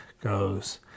goes